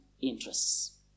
interests